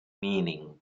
meaning